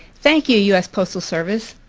thank you, u s. postal service.